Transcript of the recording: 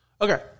Okay